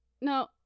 No